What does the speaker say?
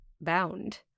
bound